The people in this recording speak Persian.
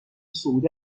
صعود